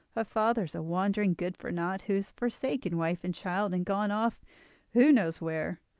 her father is a wandering good-for-naught, who has forsaken wife and child, and gone off who knows where?